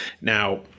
Now